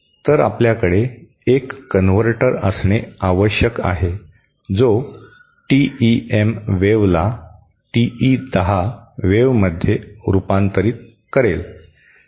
तर आपल्याकडे एक कनव्हर्टर असणे आवश्यक आहे जो टीईएम वेव्हला टीई 10 वेव्हमध्ये रुपांतरीत करते